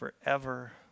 forever